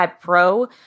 Pro